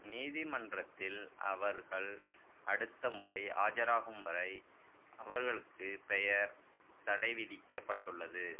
நீதிமன்றத்தில் அவர்கள் அடுத்த முறை ஆஜராகும் வரை அவர்களுக்கு பெயர் தடை விதிக்கப்பட்டுள்ளது